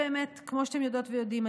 כמו שאתם יודעות ויודעים,